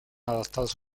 adaptados